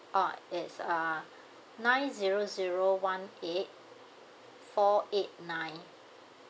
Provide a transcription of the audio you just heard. oh is uh nine zero zero one eight four eight nine